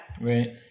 Right